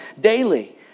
daily